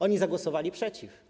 Oni zagłosowali przeciw.